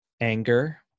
Anger